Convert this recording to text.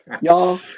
Y'all